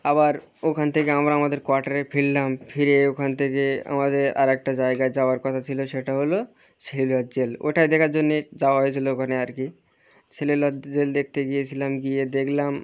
আবার ওখান থেকে আমরা আমাদের কোয়াটারে ফিরলাম ফিরে ওখান থেকে আমাদের আরেকটা জায়গা যাওয়ার কথা ছিলো সেটা হলো সেলুলার জেল ওটা দেখার জন্যে যাওয়া হয়েছিলো ওখানে আর কি সেলুলার জেল দেখতে গিয়েছিলাম গিয়ে দেখলাম